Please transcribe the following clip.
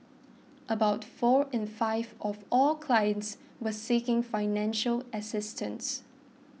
about four in five of all clients were seeking financial assistance